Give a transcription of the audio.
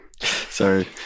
Sorry